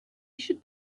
should